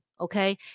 okay